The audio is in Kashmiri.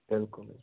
بِلکُل حظ